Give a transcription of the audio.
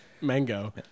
Mango